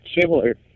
similar